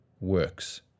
works